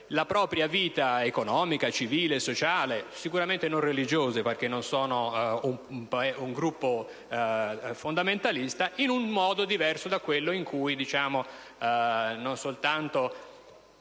la propria vita economica, civile e sociale - sicuramente non religiosa, perché non sono un gruppo fondamentalista - in un modo diverso da quello in cui, non solo